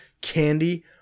Candy